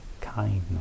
Kindness